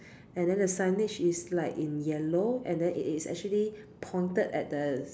and then the signage is like in yellow and then it is actually pointed at the